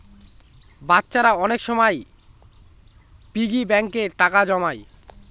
বাচ্চারা অনেক সময় পিগি ব্যাঙ্কে টাকা জমায়